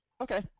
Okay